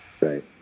right